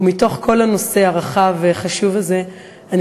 ומתוך כל הנושא הרחב והחשוב הזה אני